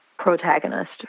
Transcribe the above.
Protagonist